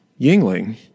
yingling